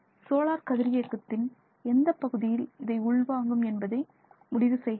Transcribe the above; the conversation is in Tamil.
சோலார் கதிரியக்கத்தின் எந்த பகுதியில் இதை உள்வாங்கும் என்பதை முடிவு செய்கிறது